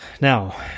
now